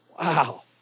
Wow